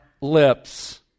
lips